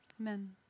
Amen